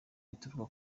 bituruka